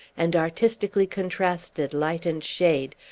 and artistically contrasted light and shade,